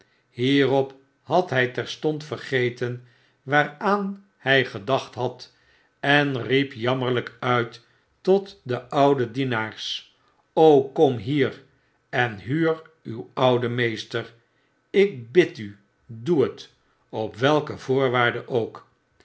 hierop had hy terstond vergeten waaraan hy gedacht had en riep jammerlyk uit tot de oude dienaars kom hier en huur uw ouden meester ik bid u doe het op welke voorwaarden ook